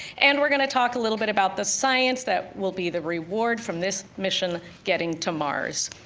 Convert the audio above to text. and we're gonna talk a little bit about the science that will be the reward from this mission getting to mars.